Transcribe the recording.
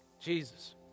Jesus